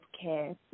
care